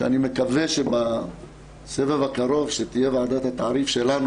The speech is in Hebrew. אני מקווה שבסבב הקרוב,